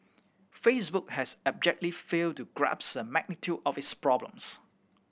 facebook has abjectly failed to grasp the magnitude of its problems